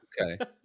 Okay